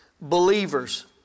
believers